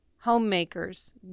homemakers